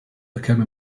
became